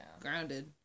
Grounded